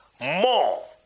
more